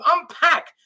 unpack